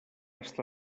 està